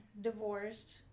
divorced